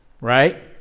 Right